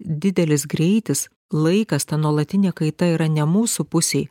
didelis greitis laikas ta nuolatinė kaita yra ne mūsų pusėj